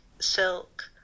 silk